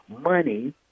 money